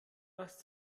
hast